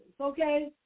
okay